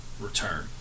return